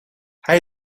hij